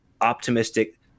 optimistic